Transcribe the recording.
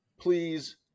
please